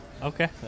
Okay